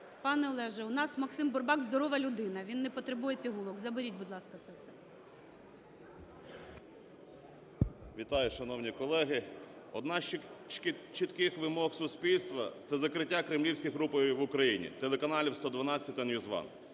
Пане Олеже! У нас Максим Бурбак здорова людина, він не потребує пігулок, заберіть, будь ласка, це все. 10:26:18 БУРБАК М.Ю. Вітаю, шановні колеги. Одна з чітких вимог суспільства - це закриття кремлівських рупорів в Україні: телеканалів "112" та